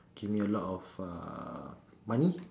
give me a lot of uh money